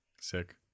sick